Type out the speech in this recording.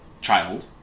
child